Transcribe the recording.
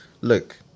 look